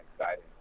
exciting